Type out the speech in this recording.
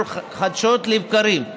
חדשות לבקרים,